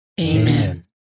Amen